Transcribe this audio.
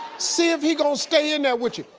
see if he gonna stay in there with you.